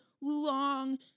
long